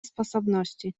sposobności